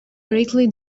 greatly